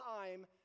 time